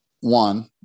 one